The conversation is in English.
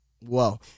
whoa